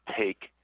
take